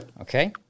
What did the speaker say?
Okay